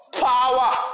Power